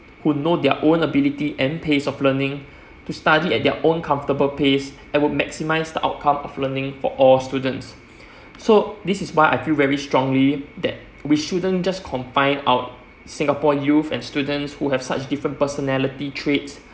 who know their own ability and pace of learning to study at their own comfortable pace and would maximize the outcome of learning for all students so this is why I feel very strongly that we shouldn't just confine out singapore youth and students who has such a different personality traits